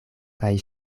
kaj